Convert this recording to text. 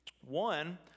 One